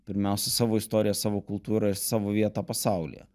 pirmiausia savo istoriją savo kultūrą ir savo vietą pasaulyje